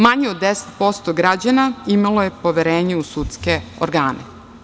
Manje od 10% građana imalo je poverenje u sudske organe.